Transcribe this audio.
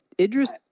Idris